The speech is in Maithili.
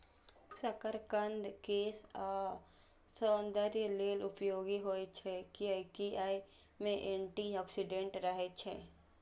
शकरकंद केश आ सौंदर्य लेल उपयोगी होइ छै, कियैकि अय मे एंटी ऑक्सीडेंट रहै छै